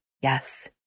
yes